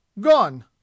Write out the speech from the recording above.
Gone